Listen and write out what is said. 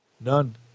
None